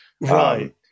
right